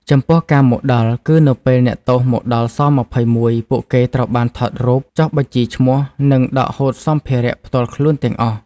ចំពោះ ការមកដល់គឺ នៅពេលអ្នកទោសមកដល់ ស-២១ ពួកគេត្រូវបានថតរូប ចុះបញ្ជីឈ្មោះ និងដកហូតសម្ភារៈផ្ទាល់ខ្លួនទាំងអស់។